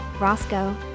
Roscoe